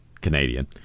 Canadian